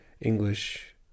English